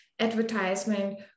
Advertisement